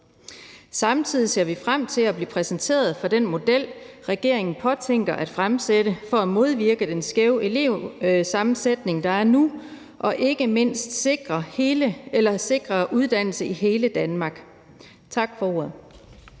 Samtidig ser vi frem til at blive præsenteret for den model, regeringen påtænker at fremsætte for at modvirke den skæve elevsammensætning, der er nu, og ikke mindst sikre uddannelse i hele Danmark. Tak for ordet.